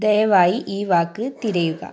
ദയവായി ഈ വാക്ക് തിരയുക